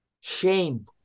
shame